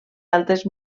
altres